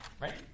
Right